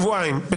שבועיים.